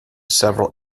several